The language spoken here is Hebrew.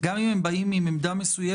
גם אם הם באים עם עמדה מסוימת,